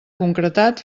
concretat